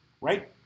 right